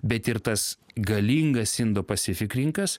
bet ir tas galingas indo pasifik rinkas